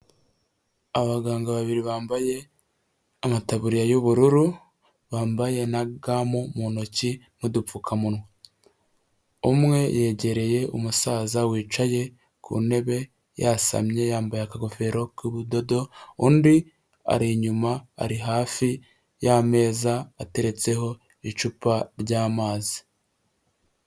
Abaganga babiri bambaye amataburiya y'ubururu bambaye na ga mu ntoki n'dupfukamunwa , umwe yegereye umusaza wicaye ku ntebe yasamye yambaye akagofero k'ubudodo undi ari inyuma ari hafi y'ameza ateretseho icupa ry'amazi.